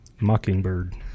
Mockingbird